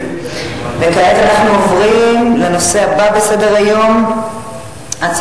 אבל צריך לזכור שוועדת החינוך היא חלק מהרשות